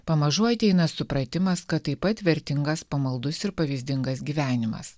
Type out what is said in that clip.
pamažu ateina supratimas kad taip pat vertingas pamaldus ir pavyzdingas gyvenimas